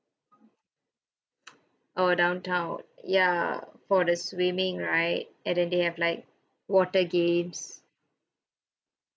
oh downtown ya for the swimming right and then they have like water games